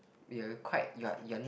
you are quite you are you are